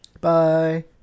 Bye